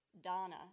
Donna